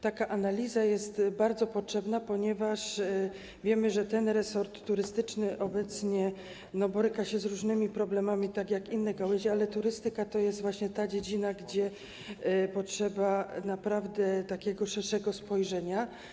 Taka analiza jest bardzo potrzebna, ponieważ wiemy, że resort turystyczny obecnie boryka się z różnymi problemami, tak jak inne gałęzie, ale turystyka to jest właśnie ta dziedzina, gdzie potrzeba naprawdę szerszego spojrzenia.